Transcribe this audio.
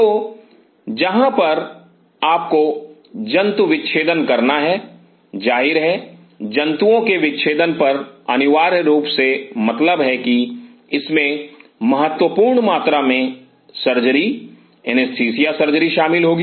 तो जहां पर आपको जंतु विच्छेदन करना है जाहिर है जंतुओं के विच्छेदन पर अनिवार्य रूप से मतलब है कि इसमें महत्वपूर्ण मात्रा में सर्जरी एनेस्थीसिया सर्जरी शामिल होगी